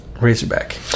Razorback